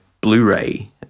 Blu-ray